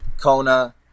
kona